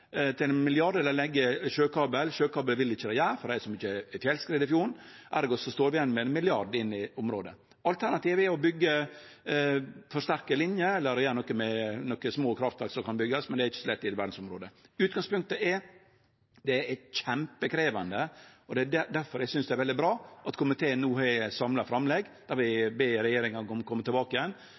til ein milliard, eller å leggje sjøkabel. Sjøkabel vil ein ikkje ha, for det er så mykje fjellskred i fjorden. Ergo står vi igjen med ein milliard inn i området. Alternativet er å byggje forsterka linjer eller å gjere noko med nokre små kraftverk som kan byggjast, men det er ikkje så lett i eit verdsarvområde. Utgangspunktet er at det er kjempekrevjande. Det er derfor eg synest det er veldig bra at komiteen no har eit samla framlegg der vi ber regjeringa